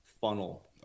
funnel